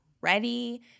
ready